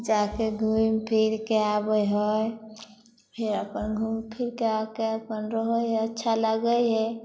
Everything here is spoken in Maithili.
जाके घूमि फिरके आबै हइ फेर अपन घूम फिरके आके अपन रहै हइ अच्छा लगै हइ